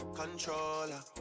controller